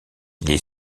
les